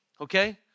Okay